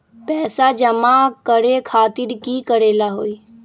पैसा जमा करे खातीर की करेला होई?